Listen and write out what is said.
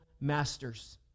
masters